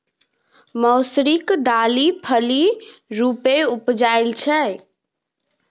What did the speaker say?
मौसरीक दालि फली रुपेँ उपजाएल जाइ छै